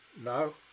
No